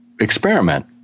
experiment